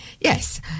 Yes